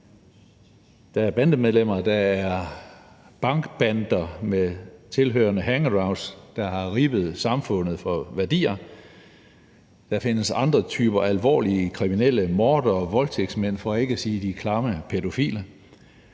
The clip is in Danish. der er bandemedlemmer; der er bankbander med tilhørende hangarounds, der har ribbet samfundet for værdier; der findes andre typer alvorlige kriminelle, mordere, voldtægtsmænd for ikke at sige de klamme pædofile.